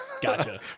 Gotcha